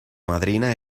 madrina